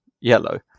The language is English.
yellow